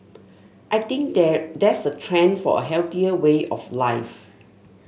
I think there there's a trend for a healthier way of life